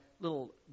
little